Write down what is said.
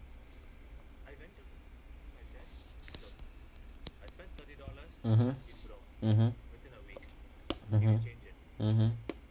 mmhmm mmhmm mmhmm mmhmm